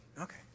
Okay